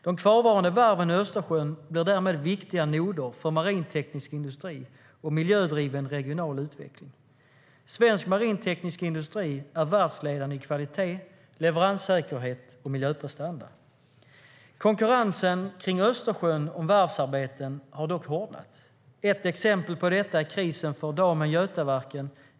De kvarvarande varven i Östersjön blir därmed viktiga noder för marinteknisk industri och miljödriven, regional utveckling. Svensk marinteknisk industri är världsledande i kvalitet, leveranssäkerhet och miljöprestanda. Konkurrensen kring Östersjön om varvsarbeten har dock hårdnat. Ett exempel på detta är krisen för Damen Götaverken.